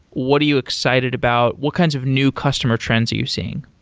what are you excited about? what kinds of new customer trends are you seeing?